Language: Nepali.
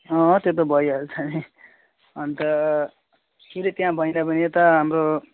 अँ त्यो त भइहाल्छ नि अन्त सिधै त्यहाँ भएन भने यता हाम्रो